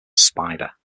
spider